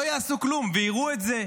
לא יעשו כלום, ויראו את זה,